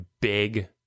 big